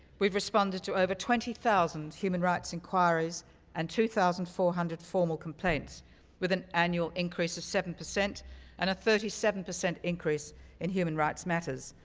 we've responded to over twenty thousand human rights inquiries and two thousand four hundred formal complaints with an annual increase of seven percent and a thirty seven percent increase in human rights matters.